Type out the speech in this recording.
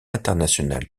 international